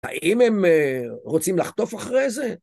האם הם רוצים לחטוף אחרי זה?